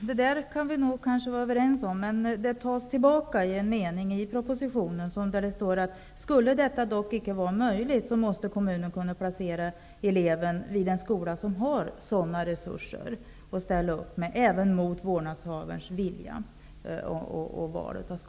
Fru talman! Det statsrådet nu säger kan vi nog vara överens om, men det tas tillbaka i en mening i propositionen, där det står: Skulle detta dock icke vara möjligt, måste kommunen kunna placera eleven vid en skola som har sådana resurser, även mot vårdnadshavarens vilja.